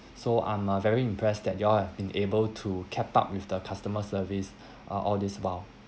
so I'm uh very impressed that you all have been able to kept up with the customer service uh all this while